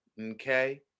okay